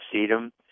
sedum